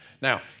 Now